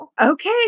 Okay